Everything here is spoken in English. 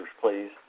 please